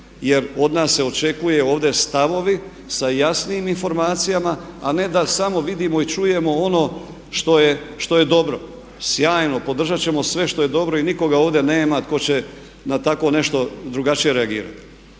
Jer od nas se očekuje ovdje stavovi sa jasnim informacijama a ne da samo vidimo i čujemo ono što je dobro. Sjajno, podržat ćemo sve što je dobro i nikoga ovdje nema tko će na takvo nešto drugačije reagirati.